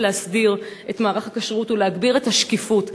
להסדיר את מערך הכשרות ולהגביר את השקיפות.